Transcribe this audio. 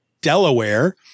Delaware